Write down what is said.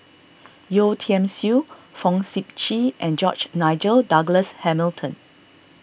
Yeo Tiam Siew Fong Sip Chee and George Nigel Douglas Hamilton